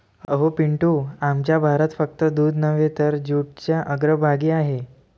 अहो पिंटू, आमचा भारत फक्त दूध नव्हे तर जूटच्या अग्रभागी आहे